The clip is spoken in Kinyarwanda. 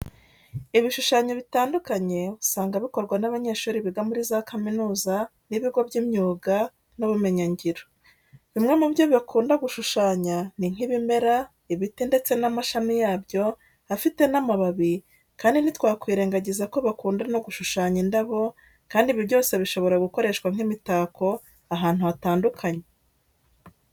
Ibishushanyo bitandukanye usanga bikorwa n'abanyeshuri biga muri za kaminuza n'ibigo by'imyuga n'ubumenyingiro. Bimwe mu byo bakunda gushushanya ni nk'ibimera, ibiti ndetse n'amashami yabyo afite n'amababi kandi ntitwakwirengagiza ko bakunda no gushushanya indabo kandi ibi byose bishobora gukoreshwa nk'imitako ahantu hatandukanye.